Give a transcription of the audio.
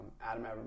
Adam